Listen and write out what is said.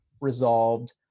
resolved